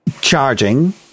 charging